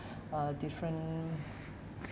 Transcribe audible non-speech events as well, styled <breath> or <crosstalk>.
<breath> uh different